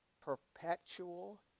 perpetual